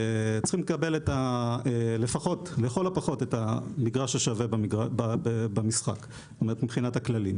הם צריכים לקבל לכול הפחות את המגרש השווה במשחק מבחינת הכללים.